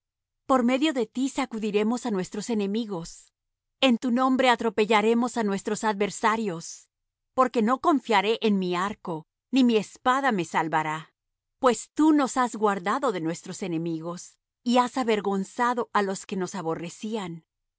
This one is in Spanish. por medio de ti sacudiremos á nuestros enemigos en tu nombre atropellaremos á nuestros adversarios porque no confiaré en mi arco ni mi espada me salvará pues tú nos has guardado de nuestros enemigos y has avergonzado á los que nos aborrecían